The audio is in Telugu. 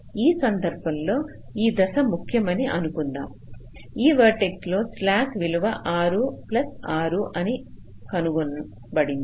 ఈ సందర్భంలో ఈ దశ ముఖ్యమని అనుకుందాం ఈ వెర్టెక్ష్ లో స్లాక్ విలువ 6 ప్లస్ 6 అని కనుగొన బడింది